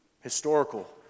historical